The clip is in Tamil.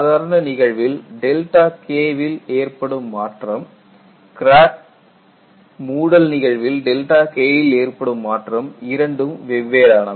சாதாரண நிகழ்வில் ΔK இல் ஏற்படும் மாற்றம் கிராக் மூடல் நிகழ்வில் ΔK ல் ஏற்படும் மாற்றம் இரண்டும் வெவ்வேறானவை